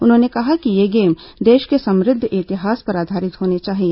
उन्होंने कहा कि ये गेम देश के समृद्ध इतिहास पर आधारित होने चाहिए